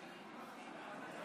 לשבת.